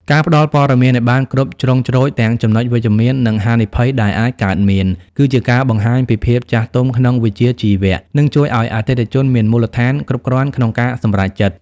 ការផ្ដល់ព័ត៌មានឱ្យបានគ្រប់ជ្រុងជ្រោយទាំងចំណុចវិជ្ជមាន និងហានិភ័យដែលអាចកើតមាន គឺជាការបង្ហាញពីភាពចាស់ទុំក្នុងវិជ្ជាជីវៈ និងជួយឱ្យអតិថិជនមានមូលដ្ឋានគ្រប់គ្រាន់ក្នុងការសម្រេចចិត្ត។